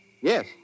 Yes